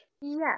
Yes